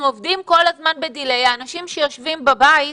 אנחנו עובדים כל הזמן ב-דיליי ואנשים שיושבים בבית,